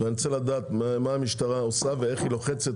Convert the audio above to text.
ואני רוצה לדעת מה המשטרה עושה ואיך היא לוחצת